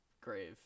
grave